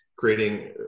creating